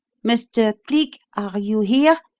mr. cleek, are you here?